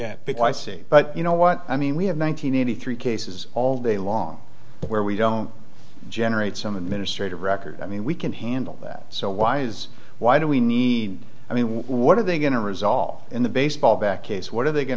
because i see but you know what i mean we have one nine hundred eighty three cases all day long where we don't generate some administrative record i mean we can handle that so why is why do we need i mean what are they going to resolve in the baseball bat case what are they going